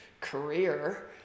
career